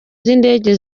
z’indege